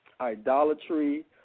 idolatry